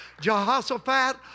Jehoshaphat